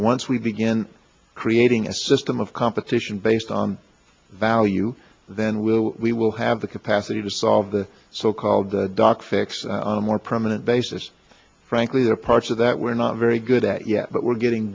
once we begin creating a system of competition based on value then we'll we will have the capacity to solve the so called doc fix on a more permanent basis frankly there are parts of that we're not very good at yet but we're getting